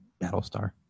battlestar